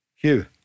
Hugh